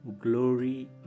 glory